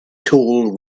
tall